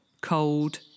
cold